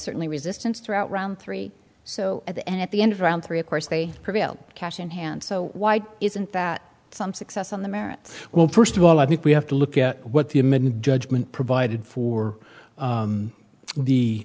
certainly resistance throughout round three so at the end at the end of round three of course they prevail cash in hand so why isn't that some success on the merits well first of all i think we have to look at what the amidah judgment provided for